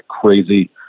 crazy